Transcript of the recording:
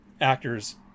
actors